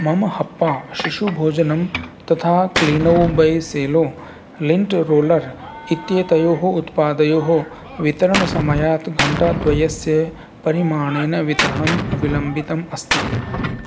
मम हप्पा शिशुभोजनम् तथा Clino by Cello lint roller इत्येतयोः उत्पादयोः वितरणसमयात् घण्टाद्वयस्य परिमाणेन वितरणं विलम्बितम् अस्ति